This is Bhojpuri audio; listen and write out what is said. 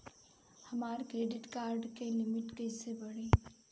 हमार क्रेडिट कार्ड के लिमिट कइसे बढ़ी?